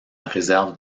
réserve